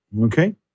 Okay